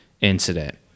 incident